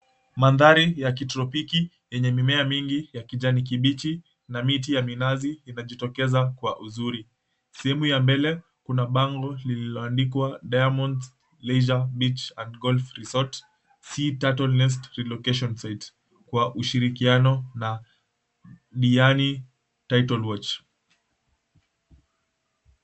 Mandhari ya kitropiki yenye mimea mingi ya kijani kibichi na miti ya minazi imejitokeza kwa uzuri sehemu ya mbele kuna bango lililoandikwa, Diamond's Leisure Beach And Golf Resort Sea Turtle Nest Relocation Site kwa ushirikiano na, Diani Title Watch.